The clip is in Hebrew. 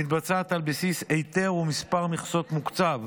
מתבצעת על בסיס היתר ומספר מכסות מוקצב.